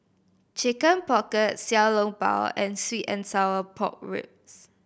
Chicken Pocket Xiao Long Bao and sweet and sour pork ribs